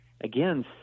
again